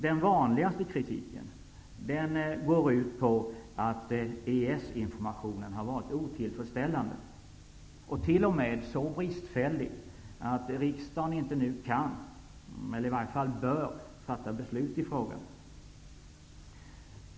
Den vanligaste kritiken går ut på att EES-informationen har varit otillfredsställande och t.o.m. så bristfällig att riksdagen inte nu kan eller bör fatta beslut i frågan.